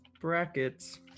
Brackets